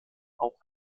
auch